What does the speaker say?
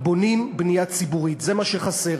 בונים בנייה ציבורית, זה מה שחסר.